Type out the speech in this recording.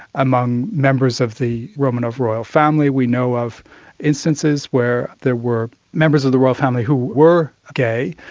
among members of the romanov royal family we know of instances where there were members of the royal family who were gay,